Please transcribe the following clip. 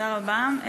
תודה רבה.